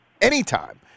anytime